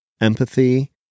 empathy